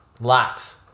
Lots